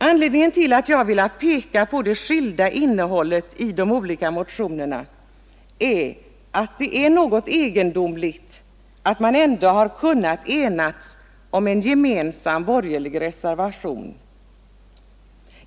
Anledningen till att jag har velat peka på det skilda innehållet i de olika motionerna är att det är ganska egendomligt att man ändå har kunnat enas om en gemensam borgerlig reservation.